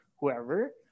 whoever